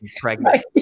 pregnant